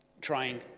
trying